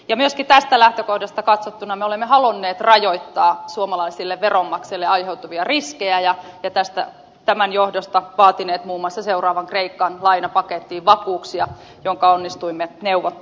myöskin tästä lähtökohdasta katsottuna me olemme halunneet rajoittaa suomalaisille veronmaksajille aiheutuvia riskejä ja tämän johdosta vaatineet muun muassa seuraavaan kreikan lainapakettiin vakuuksia jotka onnistuimme neuvottelemaan